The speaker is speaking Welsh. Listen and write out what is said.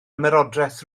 ymerodraeth